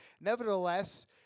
nevertheless